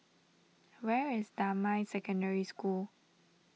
where is Damai Secondary School